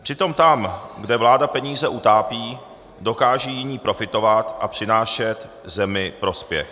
Přitom tam, kde vláda peníze utápí, dokáže jiný profitovat a přinášet zemi prospěch.